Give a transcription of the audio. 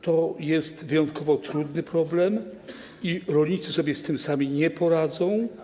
To jest wyjątkowo trudny problem i rolnicy sobie z tym sami nie poradzą.